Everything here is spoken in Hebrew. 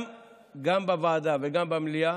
בוועדה וגם במליאה,